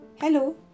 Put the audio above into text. Hello